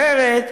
אחרת,